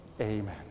amen